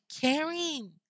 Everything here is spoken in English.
caring